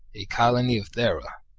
a colony of thera